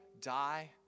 die